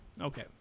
Okay